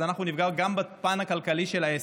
אז אנחנו נפגע גם בפן הכלכלי של העסק.